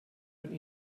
von